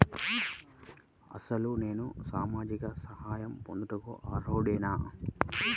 అసలు నేను సామాజిక సహాయం పొందుటకు అర్హుడనేన?